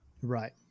Right